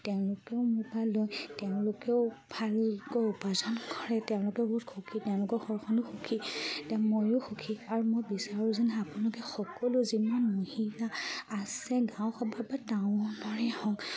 তেওঁলোকেও মোৰ পৰা লয় তেওঁলোকেও ভালকৈ উপাৰ্জন কৰে তেওঁলোকেও বহুত সুখী তেওঁলোকৰ ঘৰখনো সুখী ময়ো সুখী আৰু মই বিচাৰোঁ যেন আপোনালোকে সকলো যিমান মহিলা আছে গাঁওখনৰ বা টাউনৰ হওক